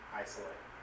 isolate